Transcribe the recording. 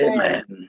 Amen